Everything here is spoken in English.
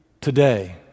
today